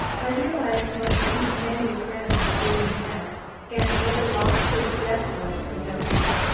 i realized how many, many friends jim had and what a loss his death was to them all.